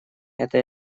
это